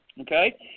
Okay